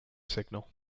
signal